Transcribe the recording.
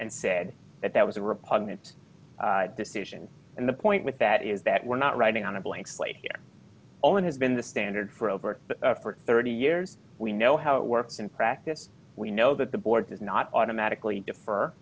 and said that that was a repugnant decision and the point with that is that we're not writing on a blank slate only has been the standard for over thirty years we know how it works in practice we know that the board does not automatically defer